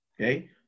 Okay